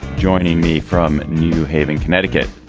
joining me from new haven connecticut.